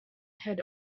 had